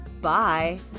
Bye